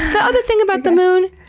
the other thing about the moon,